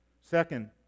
Second